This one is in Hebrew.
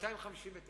ל-259